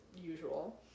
usual